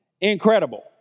Incredible